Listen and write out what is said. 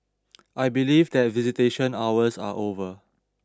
I believe that visitation hours are over